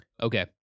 Okay